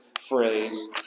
phrase